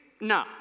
no